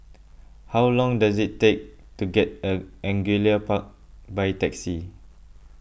how long does it take to get Angullia Park by taxi